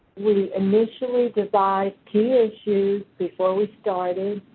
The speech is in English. we initially devised key issues before we started,